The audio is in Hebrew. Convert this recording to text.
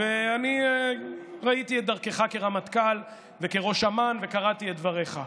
ואני ראיתי את דרכך כרמטכ"ל וכראש אמ"ן וקראתי את דבריך.